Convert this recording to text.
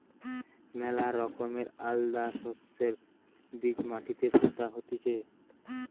ম্যালা রকমের আলাদা শস্যের বীজ মাটিতে পুতা হতিছে